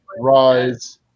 Rise